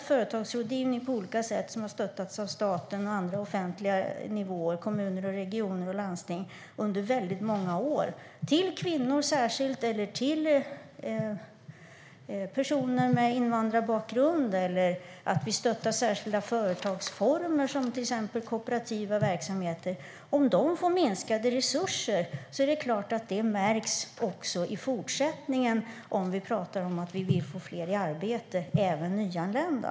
Företagsrådgivningen har under många år stöttats av staten och andra offentliga nivåer - kommuner, regioner och landsting - särskilt till kvinnor, personer med invandrarbakgrund eller särskilda företagsformer, som kooperativa verksamheter. Om de får minskade resurser är det klart att det märks också i fortsättningen, om vi pratar om att vi vill få fler i arbete, även nyanlända.